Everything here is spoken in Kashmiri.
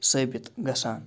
ثٲبت گَژھان